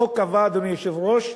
החוק קבע, אדוני היושב-ראש,